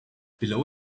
below